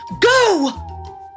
go